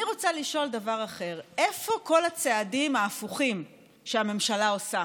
אני רוצה לשאול דבר אחר: איפה כל הצעדים ההפוכים שהממשלה עושה?